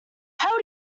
how